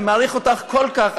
אני מעריך אותך כל כך,